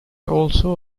also